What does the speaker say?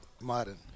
Modern